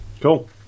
cool